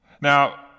Now